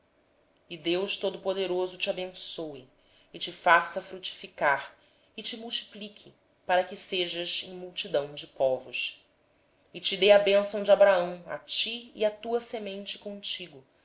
deus todo poderoso te abençoe te faça frutificar e te multiplique para que venhas a ser uma multidão de povos seu e te dê a bênção de abraão a ti e à tua descendência contigo